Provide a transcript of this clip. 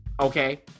Okay